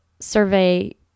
survey